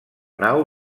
nau